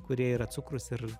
kurie yra cukrus ir